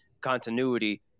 continuity